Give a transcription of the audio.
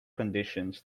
conditions